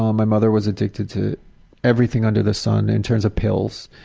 um my mother was addicted to everything under the sun in terms of pills.